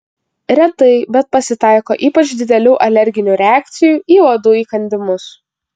retai bet pasitaiko ypač didelių alerginių reakcijų į uodų įkandimus